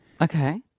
Okay